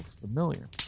familiar